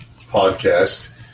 podcast